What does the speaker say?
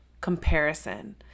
comparison